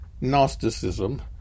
Gnosticism